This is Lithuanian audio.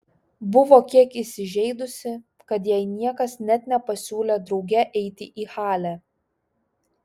buvo kiek įsižeidusi kad jai niekas net nepasiūlė drauge eiti į halę